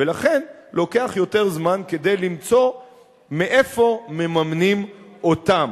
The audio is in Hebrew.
ולכן לוקח יותר זמן למצוא איך מממנים אותם,